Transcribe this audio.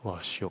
!wah! shiok